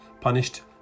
punished